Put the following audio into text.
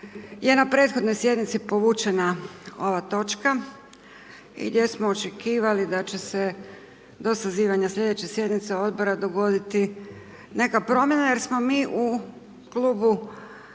na prethodnoj sjednici povučena ova točka i gdje smo očekivali da će se do sazivanja slijedeće sjednice odbora, dogoditi neka promjena jer smo mi u klubu